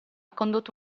condotto